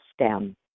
stem